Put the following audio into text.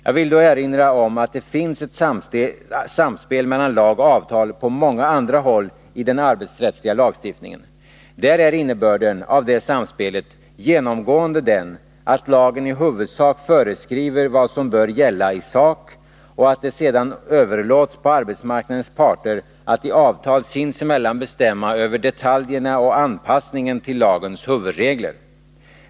Jag vill då erinra om att det finns ett samspel mellan lag och avtal på många andra håll i den arbetsrättsliga lagstiftningen. Där är innebörden av det samspelet genomgående den att lagen i huvudsak föreskriver vad som bör gälla i sak och att det sedan överlåts på arbetsmarknadens parter att i avtal sinsemellan bestämma över detaljerna och anpassningen till lagens huvudregler.